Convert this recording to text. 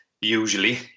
usually